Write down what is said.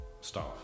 staff